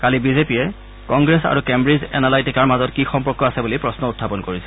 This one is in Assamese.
কালি বিজেপিয়ে কংগ্ৰেছ আৰু কেম্বিজ এনালাইটিকাৰ মাজত কি সম্পৰ্ক আছে বুলি প্ৰশ্ন উখাপন কৰিছিল